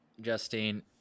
Justine